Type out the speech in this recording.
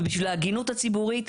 ובשביל ההגינות הציבורית,